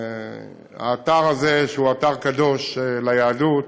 האתר הזה, שהוא אתר קדוש ליהדות,